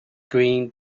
green